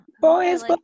boys